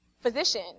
physician